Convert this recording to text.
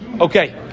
Okay